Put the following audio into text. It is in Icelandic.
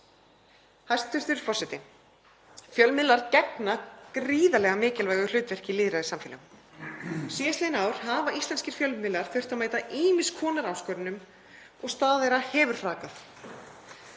Hæstv. forseti. Fjölmiðlar gegna gríðarlega mikilvægu hlutverki í lýðræðissamfélögum. Síðastliðin ár hafa íslenskir fjölmiðlar þurft að mæta ýmiss konar áskorunum og stöðu þeirra hefur hrakað.